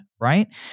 right